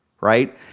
Right